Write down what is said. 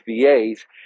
VAs